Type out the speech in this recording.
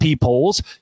polls